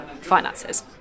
finances